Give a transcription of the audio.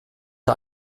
der